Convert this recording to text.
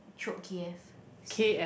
Chope K F C